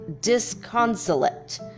disconsolate